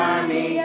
Army